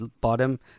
bottom